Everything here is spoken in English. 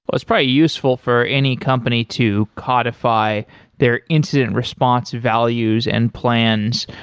it's probably useful for any company to codify their incident response values and plans.